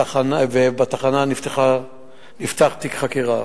ובתחנה נפתח תיק חקירה.